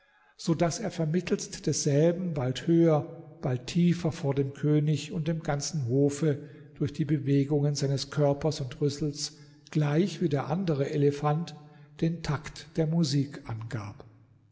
so daß er vermittelst desselben bald höher bald tiefer vor dem könig und dem ganzen hofe durch die bewegungen seines körpers und rüssels gleich wie der andere elefant den takt der musik angab